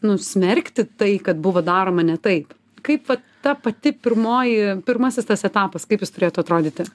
nu smerkti tai kad buvo daroma ne taip kaip vat ta pati pirmoji pirmasis tas etapas kaip jis turėtų atrodyti